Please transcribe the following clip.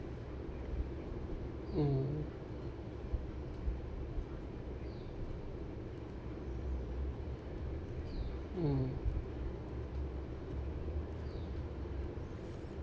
mm mm